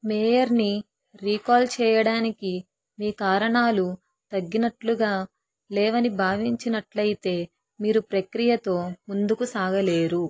మేయర్ని recall చేయడానికి మీ కారణాలు తగ్గినట్లుగా లేవని భావించినట్లయితే మీరు ప్రక్రియతో ముందుకు సాగలేరు